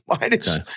Minus